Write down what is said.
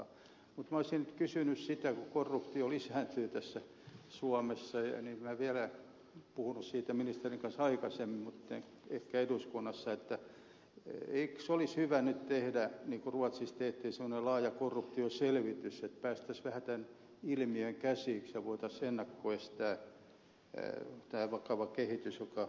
mutta olisin nyt kysynyt kun korruptio lisääntyy suomessa olen puhunut tästä ministerin kanssa aikaisemmin mutta en ehkä eduskunnassa eikös olisi hyvä nyt tehdä niin kuin ruotsissa tehtiin semmoinen laaja korruptioselvitys että päästäisiin vähän tähän ilmiöön käsiksi ja voitaisiin ennalta estää tämä vakava kehitys joka yhteiskuntaa kalvaa